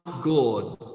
good